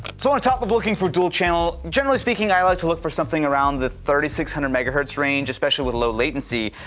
so on top of looking for dual channel, generally speaking i like to look for something around the three thousand six hundred megahertz range, especially with low latency.